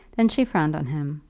then she frowned on him,